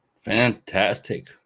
Fantastic